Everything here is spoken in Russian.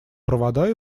провода